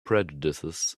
prejudices